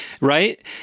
right